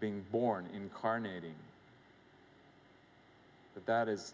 being born incarnate that that is